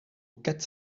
quatre